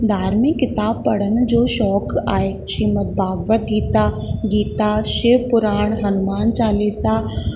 धार्मिक किताब पढ़ण जो शौक़ु आहे श्रीमत भागवत गीता गीता शिव पुराण हनुमान चालीसा